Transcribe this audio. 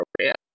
appropriate